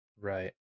Right